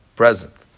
present